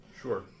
Sure